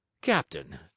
Captain